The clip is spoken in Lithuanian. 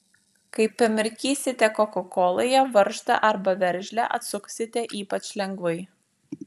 kai pamirkysite kokakoloje varžtą arba veržlę atsuksite ypač lengvai